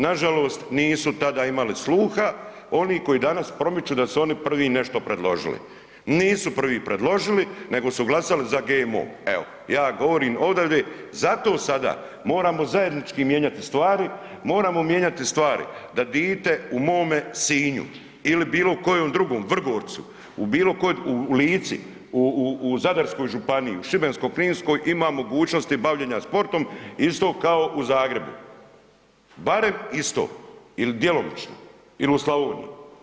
Nažalost, nisu tada imali sluha oni koji danas promiču da su oni prvi nešto predložili, nisu prvi predložili, nego su glasali za GMO, evo je govorim odavde zato sada moramo zajednički mijenjati stvari moramo mijenjati stvari da dite u mome Sinju ili kojoj drugoj, u Vrgorcu, u Lici, u Zadarskoj županiji u Šibensko-kninskoj ima mogućnosti bavljenja sportom isto kao u Zagrebu, barem isto ili djelomično ili u Slavniji.